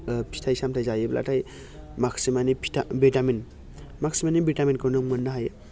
फिथाइ सामथाय जायोब्लाथाय माखासे मानि भिटामिन माखासे मानि भिटामिनखौ नों मोननो हायो